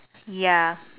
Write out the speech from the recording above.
ya